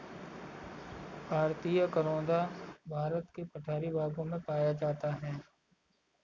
भारतीय करोंदा भारत के पठारी भागों में पाया जाता है